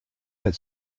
had